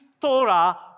Torah